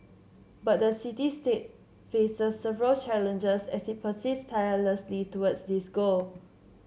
but the city state faces several challenges as it persists tirelessly towards this goal